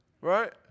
Right